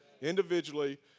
Individually